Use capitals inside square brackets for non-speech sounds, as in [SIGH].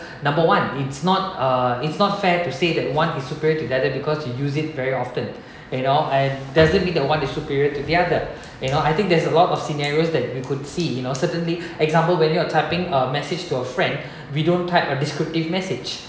number one it's not uh it's not fair to say that one is superior to the other because you use it very often [BREATH] you know and doesn't mean that one is superior to the other you know I think there's a lot of scenarios that we could see you know certainly example when you're typing a message to a friend [BREATH] we don't type a descriptive message